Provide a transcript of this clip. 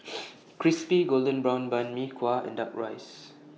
Crispy Golden Brown Bun Mee Kuah and Duck Rice